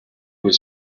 was